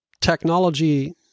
technology